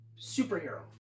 superhero